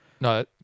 No